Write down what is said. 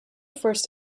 first